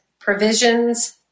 Provisions